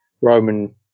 Roman